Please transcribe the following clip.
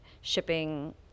shipping